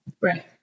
Right